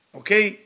okay